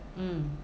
mm